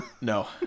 no